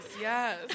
yes